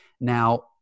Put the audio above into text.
Now